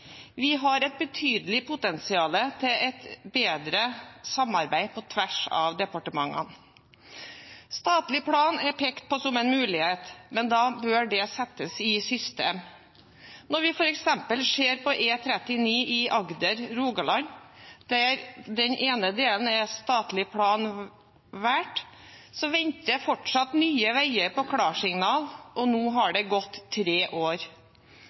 et betydelig potensial for et bedre samarbeid på tvers av departementene. Statlig plan er pekt på som en mulighet, men da bør det settes i system. Når vi f.eks. ser på E39 i Agder og Rogaland – der det for den ene delen er valgt statlig plan – venter fortsatt Nye Veier på klarsignal, og nå har det gått tre år.